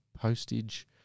postage